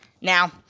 Now